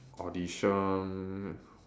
audition